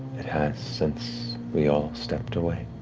it has since we all stepped away.